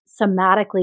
somatically